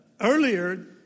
Earlier